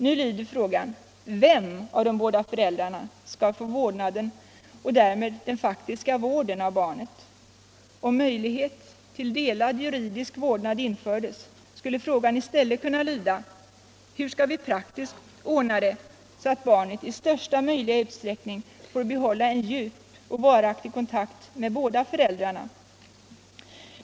Nu lyder frågan: Vem av de båda föräldrarna skall få vårdnaden och därmed den faktiska vården av barnet? Om möjlighet till delad juridisk vårdnad infördes, skulle frågan i stället kunna lyda: Hur skall vi praktiskt ordna det så att barnet i största möjliga utsträckning får behålla en djup och varaktig kontakt med båda föräldrarna?